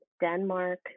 Denmark